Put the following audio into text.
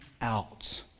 out